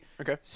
Okay